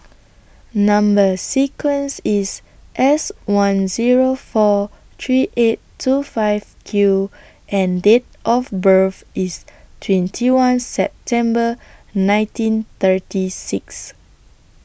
Number sequence IS S one Zero four three eight two five Q and Date of birth IS twenty one September nineteen thirty six